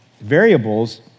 variables